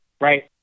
right